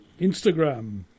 Instagram